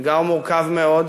אתגר מורכב מאוד,